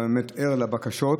ואתה באמת ער לבקשות,